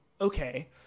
okay